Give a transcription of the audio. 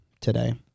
Today